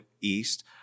East